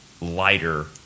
lighter